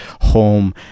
home